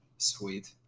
sweet